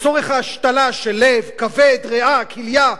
לצורך ההשתלה של לב, כבד, ריאה, כליה,